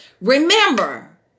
Remember